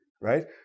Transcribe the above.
right